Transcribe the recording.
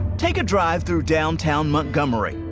take a drive through downtown montgomery.